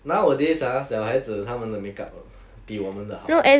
nowadays ah 小孩子他们的 makeup 啊比我们的好啊